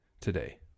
today